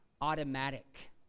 automatic